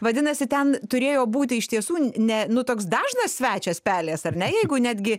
vadinasi ten turėjo būti iš tiesų ne nu toks dažnas svečias pelės ar ne jeigu netgi